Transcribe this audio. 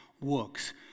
works